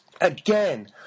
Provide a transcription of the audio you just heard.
Again